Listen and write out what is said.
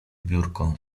biurko